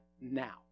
now